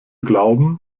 glauben